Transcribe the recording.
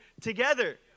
together